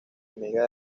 amiga